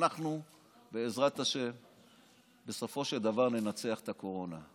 אנחנו, בעזרת השם, בסופו של דבר ננצח את הקורונה,